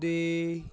ਦੇ